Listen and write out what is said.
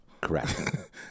correct